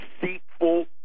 deceitful